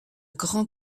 grand